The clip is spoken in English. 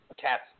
Cats